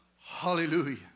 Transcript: Hallelujah